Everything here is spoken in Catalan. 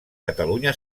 catalunya